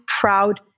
proud